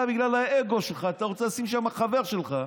אתה, בגלל האגו שלך, רוצה לשים שם חבר שלך,